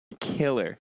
killer